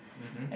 mmhmm